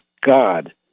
God